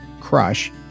Crush